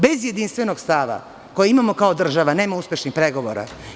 Bez jedinstvenog stava, koji imamo kao država, nema uspešnih pregovora.